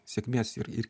sėkmės ir ir